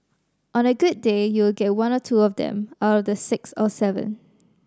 on a good day you'll get one or two of them out of the six or seven